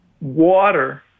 water